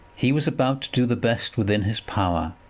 he was about to do the best within his power.